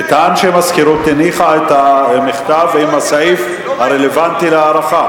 נטען שהמזכירות הניחה את המכתב עם הסעיף הרלוונטי להארכה.